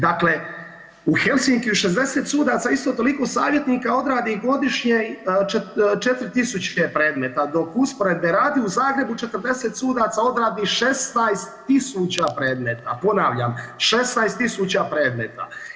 Dakle, u Helsinkiju 60 sudaca i isto toliko savjetnika odradi godišnje 4.000 predmeta dok usporedbe radi u Zagrebu 40 sudaca odradi 16.000 predmeta, ponavljam 16.000 predmeta.